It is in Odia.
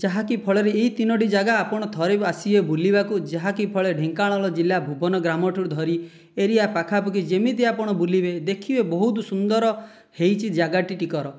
ଯାହାକି ଫଳରେ ଏହି ତିନୋଟି ଜାଗା ଆପଣ ଥରେ ଆସିବେ ବୁଲିବାକୁ ଯାହାକି ଫଳରେ ଢେଙ୍କାନାଳ ଜିଲ୍ଲା ଭୁବନ ଗ୍ରାମଠୁ ଧରି ଏରିଆ ପାଖାପାଖି ଯେମିତି ଆପଣ ବୁଲିବେ ଦେଖିବେ ବହୁତ ସୁନ୍ଦର ହୋଇଛି ଜାଗାଟିକର